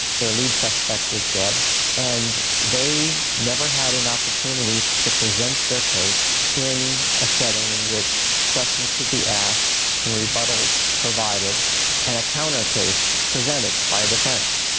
their lead suspect was dead and they never had an opportunity to present their case in a setting in which questions could be asked and rebuttals provided and a counter case presented by the defence.